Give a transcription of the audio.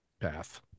path